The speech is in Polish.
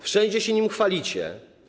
Wszędzie się nim chwalicie.